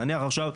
נניח עכשיו,